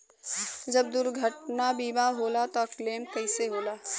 जब दुर्घटना बीमा होला त क्लेम कईसे होला?